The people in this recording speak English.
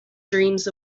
dreams